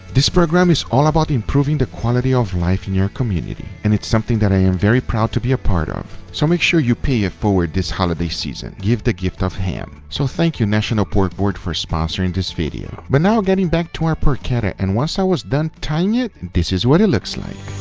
this program is all about improving the quality of life in your community, and it's something that i am very proud to be a part of. so make sure you pay it forward this holiday season. give the gift of ham. so thank you national pork board for sponsoring this video. but now getting back to our porchetta, and once i was done tying it and this is what it looks like.